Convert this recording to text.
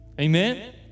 Amen